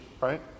right